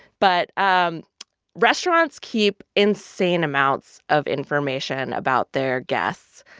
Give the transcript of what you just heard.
but um restaurants keep insane amounts of information about their guests.